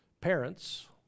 Parents